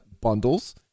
bundles